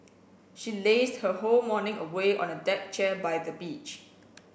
she lazed her whole morning away on a deck chair by the beach